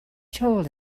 told